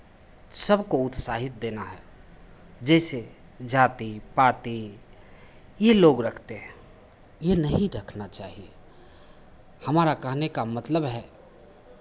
सबको उत्साहित देना है जैसे जाति पाति ये लोग रखते हैं ये नहीं रखना चाहिए हमारा कहने का मतलब है